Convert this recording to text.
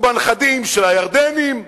ובנכדים של הירדנים,